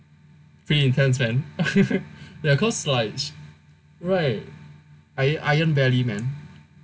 pretty intense man ya ya cause like right iron iron belly man